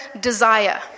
desire